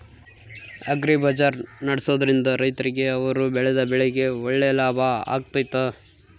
Agri ಬಜಾರ್ ನಡೆಸ್ದೊರಿಂದ ರೈತರಿಗೆ ಅವರು ಬೆಳೆದ ಬೆಳೆಗೆ ಒಳ್ಳೆ ಲಾಭ ಆಗ್ತೈತಾ?